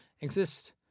exist